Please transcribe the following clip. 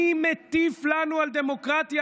מי מטיף לנו על דמוקרטיה,